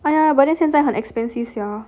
!aiya! but then 现在很 expensive sia